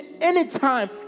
anytime